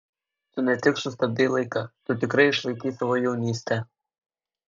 tu ne tik sustabdei laiką tu tikrai išlaikei savo jaunystę